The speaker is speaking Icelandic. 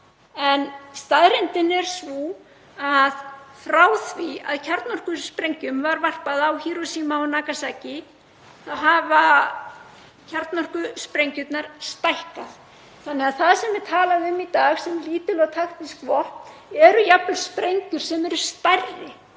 En staðreyndin er sú að frá því að kjarnorkusprengjum var varpað á Hírósíma og Nagasaki hafa kjarnorkusprengjurnar stækkað, þannig að það sem er talað um í dag sem lítil og taktísk vopn eru jafnvel sprengjur sem eru stærri